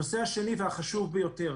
אני עובר לנושא השני, החשוב ביותר.